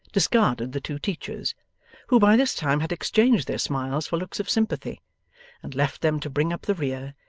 discarded the two teachers who by this time had exchanged their smiles for looks of sympathy and left them to bring up the rear,